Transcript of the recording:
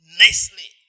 nicely